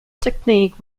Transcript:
technique